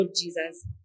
Jesus